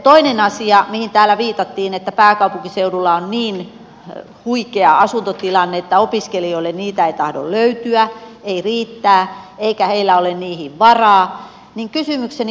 toinen asia mihin täällä viitattiin oli se että pääkaupunkiseudulla on niin huikea asuntotilanne että opiskelijoille asuntoja ei tahdo löytyä ei riittää eikä heillä ole niihin varaa ja kysymykseni kuuluu